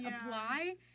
apply